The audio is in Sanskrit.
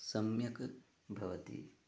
सम्यक् भवति